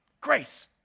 Grace